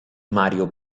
mario